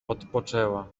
odpoczęła